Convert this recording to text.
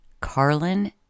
Carlin